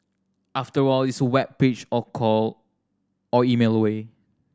after all it's a web page or call or email away